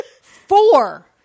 Four